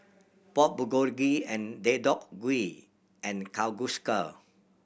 Pork Bulgogi and Deodeok Gui and Kalguksu